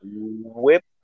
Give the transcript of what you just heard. whip